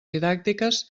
didàctiques